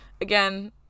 Again